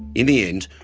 in the end,